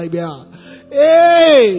Hey